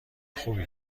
خوبی